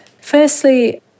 firstly